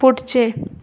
पुढचे